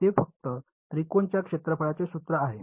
ते फक्त त्रिकोणाच्या क्षेत्रफळचे सूत्र आहे